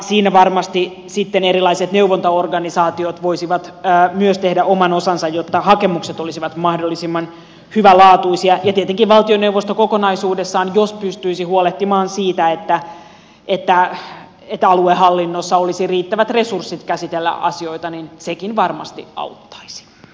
siinä varmasti sitten myös erilaiset neuvontaorganisaatiot voisivat tehdä oman osansa jotta hakemukset olisivat mahdollisimman hyvälaatuisia ja tietenkin jos valtioneuvosto kokonaisuudessaan pystyisi huolehtimaan siitä että aluehallinnossa olisi riittävät resurssit käsitellä asioita niin sekin varmasti auttaisi